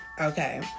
Okay